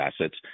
assets